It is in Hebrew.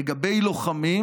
לגבי לוחמים,